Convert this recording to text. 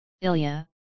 Ilya